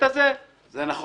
זה נכון.